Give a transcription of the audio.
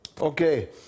Okay